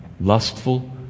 lustful